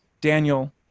Daniel